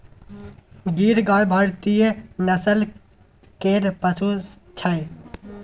गीर गाय भारतीय नस्ल केर पशु छै